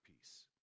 peace